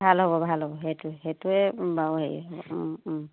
ভাল হ'ব ভাল হ'ব সেইটো সেইটোৱে বাৰু হেৰি